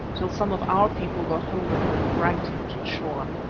till some of our people got hold of him and dragged him to the shore.